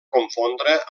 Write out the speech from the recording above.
confondre